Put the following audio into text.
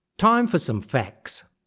time for some facts.